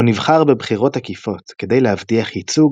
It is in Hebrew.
הוא נבחר בבחירות עקיפות כדי להבטיח ייצוג